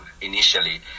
initially